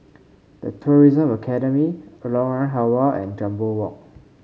The Tourism Academy Lorong Halwa and Jambol Walk